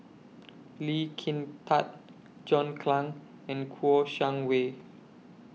Lee Kin Tat John Clang and Kouo Shang Wei